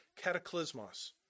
cataclysmos